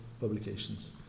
publications